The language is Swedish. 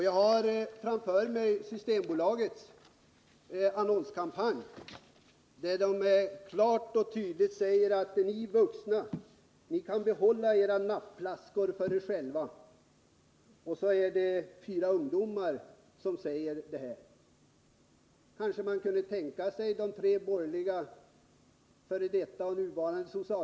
Jag har framför mig Systembolagets annons i kampanjen i vilken fyra ungdomar säger: Ni vuxna kan behålla era nappflaskor för er själva. Kanske kunde man tänka sig de tre borgerliga socialministrarna, inkl.